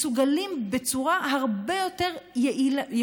מסוגלים בצורה הרבה יותר יעילה,